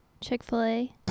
Chick-fil-A